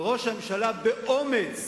וראש הממשלה, באומץ,